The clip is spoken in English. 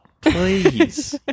Please